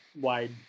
wide